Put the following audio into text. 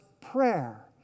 prayer